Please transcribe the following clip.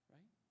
Right